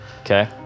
Okay